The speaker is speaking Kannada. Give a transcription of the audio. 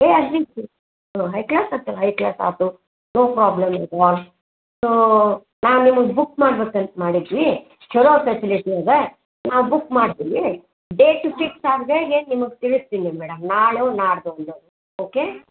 ಏ ಅದಕ್ಕೆ ಲೊ ಹೈ ಕ್ಲಾಸ್ ಆಯ್ತು ಹೈ ಕ್ಲಾಸ್ ಆಯ್ತು ನೋ ಪ್ರಾಬ್ಲಮ್ ಸೋ ನಾವು ನಿಮಗೆ ಬುಕ್ ಮಾಡ್ಬೇಕಂತ ಮಾಡಿದ್ವಿ ಚಲೋ ಆಕ್ಕತ್ತ ಲಿಸ್ಟ್ ನಿಮಗೆ ನಾನು ಬುಕ್ ಮಾಡ್ತೀನಿ ಡೇಟ್ ಫಿಕ್ಸ್ ಆದ್ಮ್ಯಾಗೆ ನಿಮಗೆ ತಿಳಿಸ್ತೀನಿ ಮೇಡಮ್ ನಾಳೆ ನಾಡ್ದು ಒಂದು ಓಕೆ